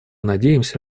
надеемся